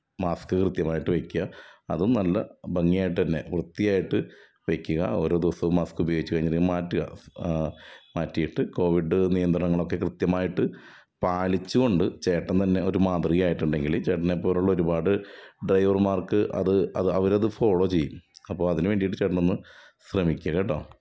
mask കൃത്യമായിട്ട് വെക്കുക അതും നല്ല ഭംഗിയായിട്ട് തന്നെ വൃത്തിയായിട്ട് വെക്കുക ഓരോ ദിവസം മാസ്ക്ക് ഉപയോഗിച്ച് കഴിഞ്ഞിട്ട് മാറ്റുക മാറ്റിയിട്ട് കോവിഡ് നിയന്ത്രണങ്ങളൊക്കെ കൃത്യമായിട്ട് പാലിച്ച് കൊണ്ട് ചേട്ടൻ തന്നെ ഒരു മാതൃക ആയിട്ടുണ്ടങ്കില് ചേട്ടനെ പോലുള്ള ഒരുപാട് ഡ്രൈവർമാർക്ക് അത് അവരത് ഫോളോ ചെയ്യും അപ്പം അതിന് വേണ്ടിയിട്ട് ചേട്ടനൊന്ന് ശ്രമിക്കുക കേട്ടോ